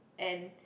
and